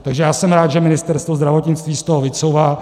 Takže jsem rád, že Ministerstvo zdravotnictví z toho vycouvá.